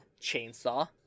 chainsaw